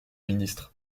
ministre